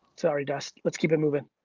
sorry dust, let's keep it movin'.